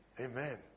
Amen